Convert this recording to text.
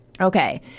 Okay